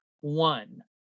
one